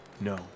No